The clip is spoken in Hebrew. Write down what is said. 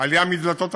עלייה מהדלתות האחוריות,